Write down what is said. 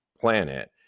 planet